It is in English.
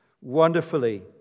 Wonderfully